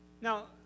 Now